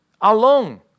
Alone